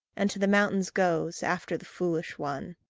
and to the mountains goes, after the foolish one.